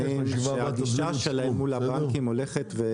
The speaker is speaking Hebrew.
שהגישה שלהם מול הבנקים הולכת ו